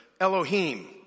Elohim